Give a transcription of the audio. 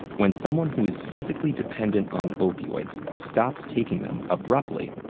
when someone who is physically dependent on opioids stops taking them abruptly,